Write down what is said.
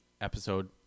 episode